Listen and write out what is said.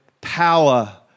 power